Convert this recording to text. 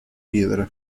piedra